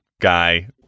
guy